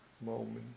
moment